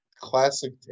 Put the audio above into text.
classic